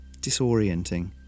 disorienting